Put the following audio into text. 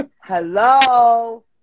Hello